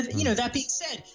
you know that being said,